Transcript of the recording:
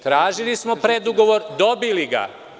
Tražili smo predugovor, dobili ga.